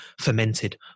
fermented